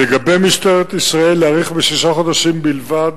לגבי משטרת ישראל, להאריך בשישה חודשים בלבד,